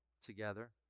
together